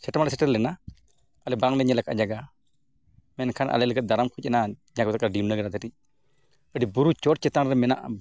ᱥᱮᱴᱮᱨ ᱢᱟᱞᱮ ᱥᱮᱴᱮᱨ ᱞᱮᱱᱟ ᱟᱞᱮ ᱵᱟᱝᱞᱮ ᱧᱮᱞ ᱠᱟᱫᱼᱟ ᱡᱟᱭᱜᱟ ᱢᱮᱱᱠᱷᱟᱱ ᱟᱞᱮ ᱞᱟᱹᱜᱤᱫ ᱫᱟᱨᱟᱢ ᱠᱚ ᱦᱮᱡ ᱮᱱᱟ ᱡᱟᱦᱟᱸ ᱞᱮᱠᱟ ᱟᱹᱰᱤ ᱵᱩᱨᱩ ᱪᱚᱴ ᱪᱮᱛᱟᱱ ᱨᱮ ᱢᱮᱱᱟᱜᱼᱟ